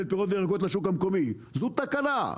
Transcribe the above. פירות וירקות לשוק המקומי?! זו תקלה.